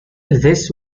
this